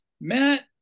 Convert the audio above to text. Matt